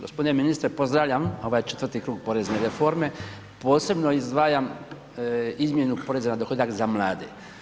Gospodine ministre pozdravljam ovaj četvrti krug porezne reforme, posebno izdvajam izmjenu poreza na dohodak za mlade.